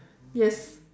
yes